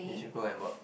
you should go and work